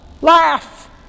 Laugh